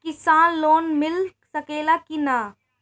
किसान लोन मिल सकेला कि न?